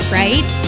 right